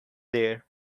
there